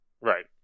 Right